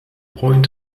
point